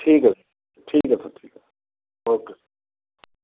ਠੀਕ ਹੈ ਠੀਕ ਹੈ ਸਰ ਠੀਕ ਹੈ ਓਕੇ